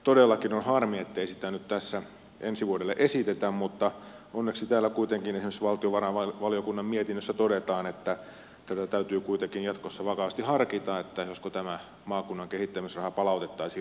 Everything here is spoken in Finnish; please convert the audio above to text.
todellakin on harmi ettei sitä nyt tässä ensi vuodelle esitetä mutta onneksi esimerkiksi valtiovarainvaliokunnan mietinnössä todetaan että täytyy kuitenkin jatkossa vakavasti harkita josko maakunnan kehittämisraha palautettaisiin repertoaariin